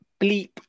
bleep